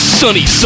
sunny